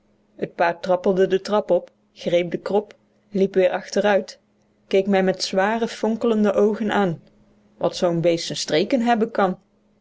het paard trappelde de trap op greep de krop liep weer achteruit keek mij met zware fonkelende oogen aan wat zoo'n beest n streken hebben kan